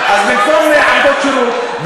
אז במקום עבודות שירות,